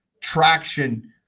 traction